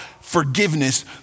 forgiveness